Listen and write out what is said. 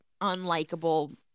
unlikable